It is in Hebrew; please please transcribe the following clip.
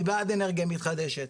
אני בעד אנרגיה מתחדשת,